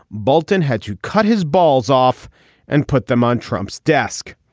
bolton had to cut his balls off and put them on trump's desk.